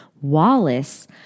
Wallace